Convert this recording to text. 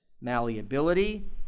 malleability